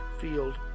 Field